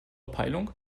peilung